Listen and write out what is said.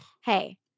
hey